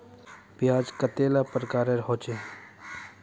ब्याज कतेला प्रकारेर होचे?